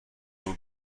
بگو